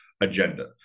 agenda